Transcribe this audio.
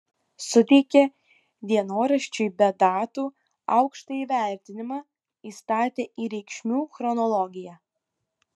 suteikė dienoraščiui be datų aukštą įvertinimą įstatė į reikšmių chronologiją